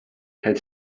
had